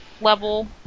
level